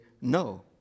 no